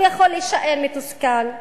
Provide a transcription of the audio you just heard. הוא יכול להישאר מתוסכל.